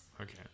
Okay